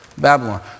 Babylon